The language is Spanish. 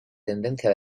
tendencia